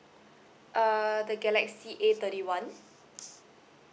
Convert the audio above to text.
uh the galaxy A thirty one